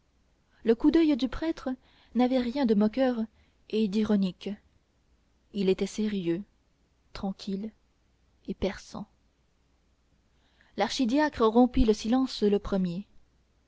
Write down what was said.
le coup d'oeil du prêtre n'avait rien de moqueur et d'ironique il était sérieux tranquille et perçant l'archidiacre rompit le silence le premier